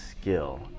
skill